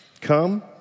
come